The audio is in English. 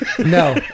No